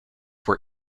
were